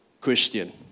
christian